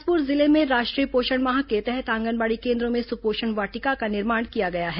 बिलासपुर जिले में राष्ट्रीय पोषण माह के तहत आंगनबाड़ी केन्द्रों में सुपोषण वाटिका का निर्माण किया गया है